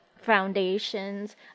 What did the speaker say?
foundations